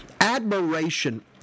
Admiration